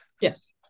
Yes